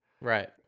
Right